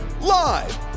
Live